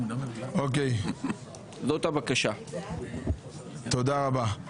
תודה רבה.